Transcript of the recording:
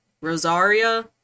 Rosaria